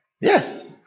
Yes